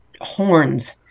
horns